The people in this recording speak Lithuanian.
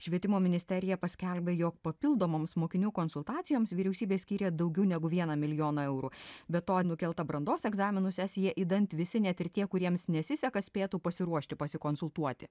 švietimo ministerija paskelbė jog papildomoms mokinių konsultacijoms vyriausybė skyrė daugiau negu vieną milijoną eurų be to nukelta brandos egzaminų sesija idant visi net ir tie kuriems nesiseka spėtų pasiruošti pasikonsultuoti